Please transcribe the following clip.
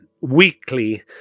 weekly